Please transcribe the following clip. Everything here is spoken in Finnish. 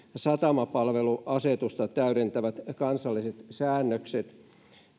satamapalveluasetusta täydentävät kansalliset säännökset